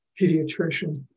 pediatrician